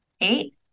eight